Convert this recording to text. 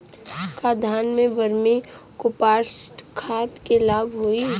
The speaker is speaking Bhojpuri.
का धान में वर्मी कंपोस्ट खाद से लाभ होई?